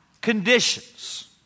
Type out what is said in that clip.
conditions